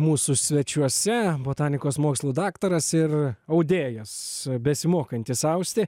mūsų svečiuose botanikos mokslų daktaras ir audėjas besimokantis austi